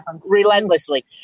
relentlessly